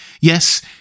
Yes